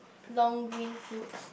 long green fruits